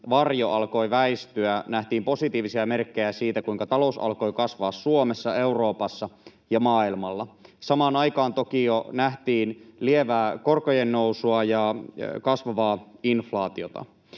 varjo alkoi väistyä, nähtiin positiivisia merkkejä siitä, kuinka talous alkoi kasvaa Suomessa, Euroopassa ja maailmalla. Samaan aikaan toki jo nähtiin lievää korkojen nousua ja kasvavaa inflaatiota.